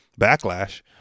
backlash